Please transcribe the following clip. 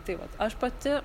tai vat aš pati